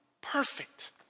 Perfect